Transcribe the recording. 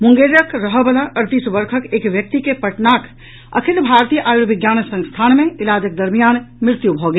मुंगेरक रहऽवला अड़तीस वर्षक एक व्यक्ति के पटनाक अखिल भारतीय आयुर्विज्ञान संस्थान मे इलाजक दरमियान मृत्यु भऽ गेल